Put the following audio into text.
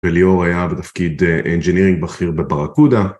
וליאור היה בתפקיד אינג'ינירינג בכיר בברקודה.